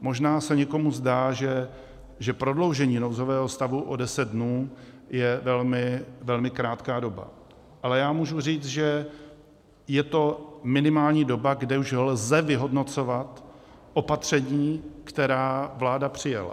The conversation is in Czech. Možná se někomu zdá, že prodloužení nouzového stavu o deset dnů je velmi krátká doba, ale já můžu říct, že je to minimální doba, kdy už lze vyhodnocovat opatření, která vláda přijala.